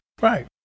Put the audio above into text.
right